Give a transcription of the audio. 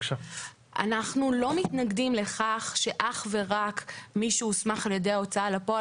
אנחנו לא מתנגדים לכך שאך ורק מי שהוסמך על ידי ההוצאה לפועל